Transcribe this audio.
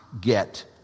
get